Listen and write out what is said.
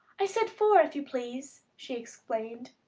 i said four, if you please, she explained.